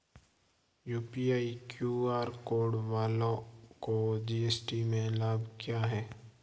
UPI QR code वालों को GST में लाभ क्या है?